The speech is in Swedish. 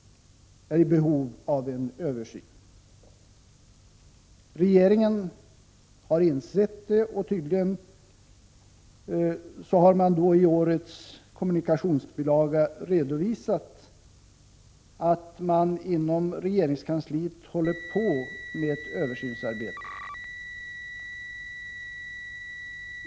Regeringen har insett detta och har tydligen i årets kommunikationsbilaga redovisat att man inom regeringskansliet håller på med ett översynsarbete.